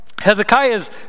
Hezekiah's